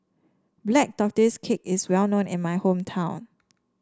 Black Tortoise Cake is well known in my hometown